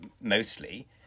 mostly